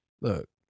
look